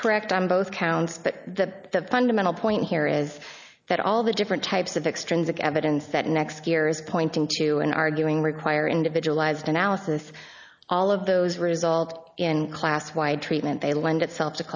correct on both counts but that the fundamental point here is that all the different types of extrinsic evidence that next year's pointing to an arguing require individualized analysis all of those result in class wide treatment they lend itself to